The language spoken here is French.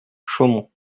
chaumont